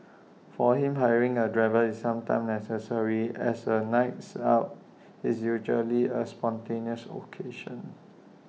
for him hiring A driver is sometimes necessary as A nights out is usually A spontaneous occasion